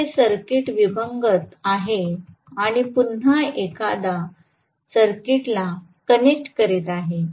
तर हे सर्किट विभंगत आहे आणि पुन्हा एकदा सर्किटला कनेक्ट करीत आहे